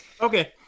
Okay